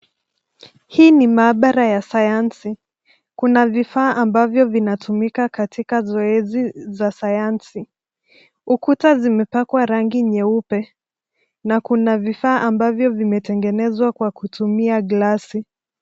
Hii ni maabara ya sayansi. Kuna vifaa ambavyo vinatumika katika zoezi za sayansi. Ukuta zimepakwa rangi nyeupe na kuna vifaa ambavyo vimetegenezwa kwa kutumia glasi.